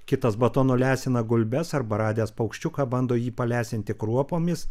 kitas batonu lesina gulbes arba radęs paukščiuką bando jį palesinti kruopomis